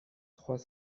trois